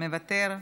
מוותר,